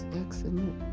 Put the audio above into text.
excellent